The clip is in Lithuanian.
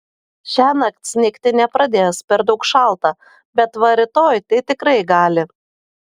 šiąnakt snigti nepradės per daug šalta bet va rytoj tai tikrai gali